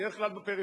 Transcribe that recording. בדרך כלל בפריפריה,